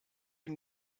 die